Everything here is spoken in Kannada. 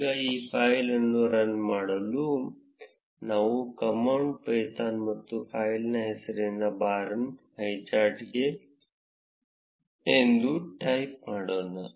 ಈಗ ಈ ಫೈಲ್ ಅನ್ನು ರನ್ ಮಾಡಲು ನಾವು ಕಮಾಂಡ್ ಪೈಥಾನ್ ಮತ್ತು ಫೈಲ್ನ ಹೆಸರನ್ನು ಬಾರ್ ಹೈಚಾರ್ಟ್ಸ್ ಎಂದು ಟೈಪ್ ಮಾಡುತ್ತೇವೆ